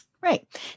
Right